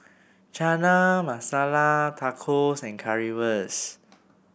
Chana Masala Tacos and Currywurst